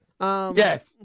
Yes